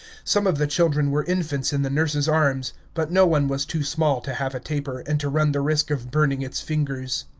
some of the children were infants in the nurses' arms, but no one was too small to have a taper, and to run the risk of burning its fingers.